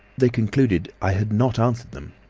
they concluded i had not answered them,